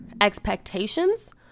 expectations